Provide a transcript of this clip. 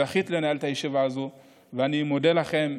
זכית לנהל את הישיבה הזאת, ואני מודה לכם.